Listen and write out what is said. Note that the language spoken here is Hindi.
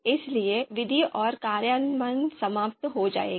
इसलिए विधि और कार्यान्वयन समाप्त हो जाएगा